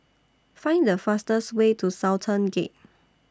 Find The fastest Way to Sultan Gate